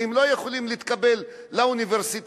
כי הם לא יכולים להתקבל לאוניברסיטאות,